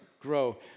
grow